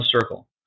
circle